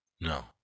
No